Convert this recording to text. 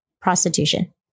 prostitution